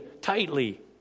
tightly